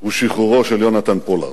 הוא שחרורו של יונתן פולארד.